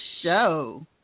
show